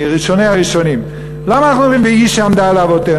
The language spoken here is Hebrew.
מראשוני הראשונים: למה אנחנו אומרים "והיא שעמדה לאבותינו"?